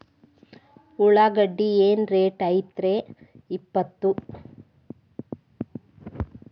ಉಳ್ಳಾಗಡ್ಡಿ ಏನ್ ರೇಟ್ ಐತ್ರೇ ಇಪ್ಪತ್ತು?